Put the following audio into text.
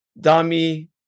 Dami